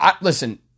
Listen